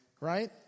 Right